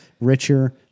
Richer